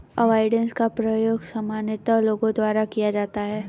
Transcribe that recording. avoidance का प्रयोग सामान्यतः लोगों द्वारा किया जाता है